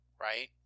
right